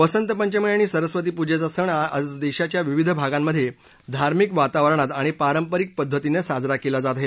बसंत पंचमी आणि सरस्वती पूजेचा सण आज देशाच्या विविध भागांमधे धार्मिक वातावरणात आणि पारंपरिक पद्धतीनं साजरा केला जात आहे